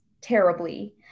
terribly